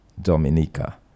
Dominica